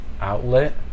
Outlet